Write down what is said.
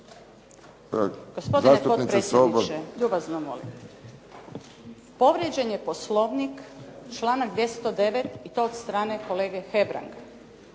Gospodine potpredsjedniče, ljubazno molim. Povrijeđen je Poslovnik, članak 209. i to od strane kolege Hebranga.